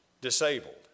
disabled